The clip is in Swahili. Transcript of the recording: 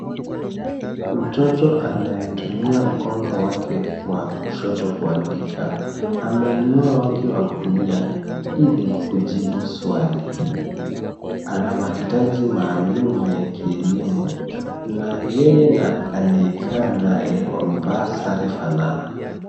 Mtoto anayetumia mkono wake wa kushoto kuandika ameinua wake wa kulia ili kujibu swali, ana mahitaji maalum ya kielimu na yeye na aliyekaa naye wamevaa sare fanana.